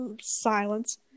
silence